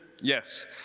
yes